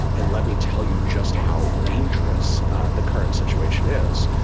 and let me tell you just how dangerous the current situation is.